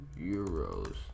Euros